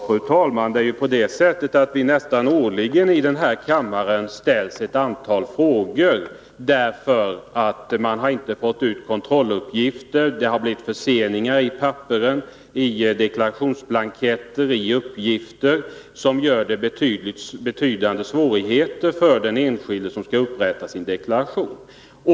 Fru talman! Ja, nästan årligen ställs det ju ett antal frågor om detta här i kammaren. Det handlar om att man inte har fått kontrolluppgifter, att det har blivit förseningar av deklarationsblanketter, att det har blivit fel i blanketter och i uppgifter som tillsammans försenar arbetet med deklarations upprättande. Att detta innebär betydande svårigheter för den enskilde som skall upprätta sin deklaration är självklart.